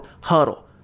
HUDDLE